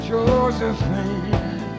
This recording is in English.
Josephine